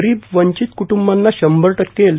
गरीब वंचित क्ट्ंबांना शंभर टक्के एल